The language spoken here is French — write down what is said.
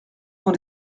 vend